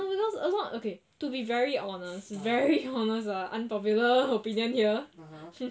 that's not okay to be very honest very honest ah unpopular opinion here